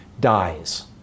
dies